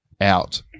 out